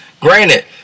Granted